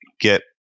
get